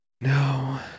No